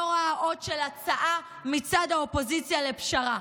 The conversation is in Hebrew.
לא ראה אות של הצעה מצד האופוזיציה לפשרה.